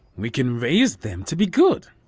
we can raise them to be good.